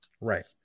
Right